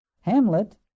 Hamlet